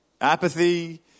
apathy